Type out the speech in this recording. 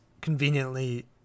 conveniently